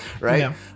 right